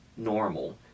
normal